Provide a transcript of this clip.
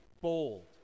bold